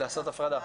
לעשות הפרדה.